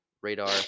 radar